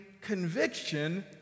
conviction